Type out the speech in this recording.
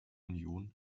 union